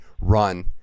run